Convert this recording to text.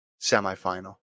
semifinal